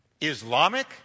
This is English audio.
Islamic